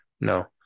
no